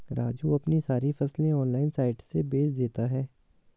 राजू अपनी सारी फसलें ऑनलाइन साइट से बेंच देता हैं